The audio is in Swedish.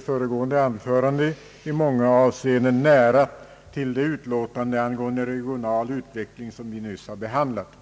föregående talaren har framhållit, i många avseenden nära till det utlåtande angående regional utveckling som vi nyss har behandlat.